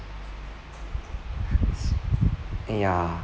ya